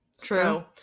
true